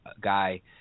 guy